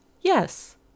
Yes